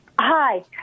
Hi